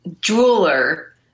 Jeweler